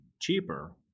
cheaper